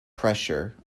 pressure